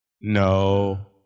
No